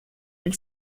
and